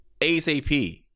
ASAP